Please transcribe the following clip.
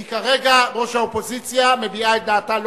כי כרגע ראש האופוזיציה מביעה את דעתה,